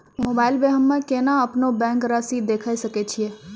Mobile मे हम्मय केना अपनो बैंक रासि देखय सकय छियै?